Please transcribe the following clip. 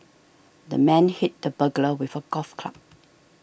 the man hit the burglar with a golf club